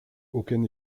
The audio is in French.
aucun